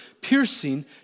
piercing